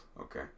Okay